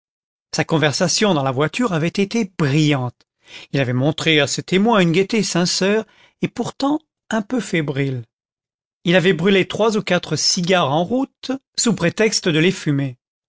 sa conversation dans la voiture avait été brillante il avait montré à ses témoins une gaieté sincère et pourtant un peu fébrile il avait brûlé trois on quatre cigares en route sous prétexte de les fumer